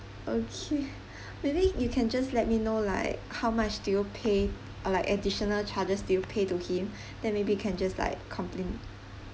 okay maybe you can just let me know like how much do you pay or like additional charges do you pay to him then maybe you can just like complain